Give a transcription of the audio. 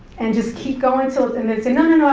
and just keep goin' till, and they say,